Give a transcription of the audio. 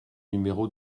numéro